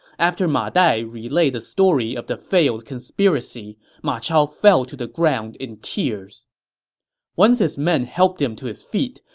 after ma dai relayed the story of the failed conspiracy, ma chao fell to the ground in tears once his men helped him to his feet,